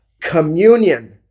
communion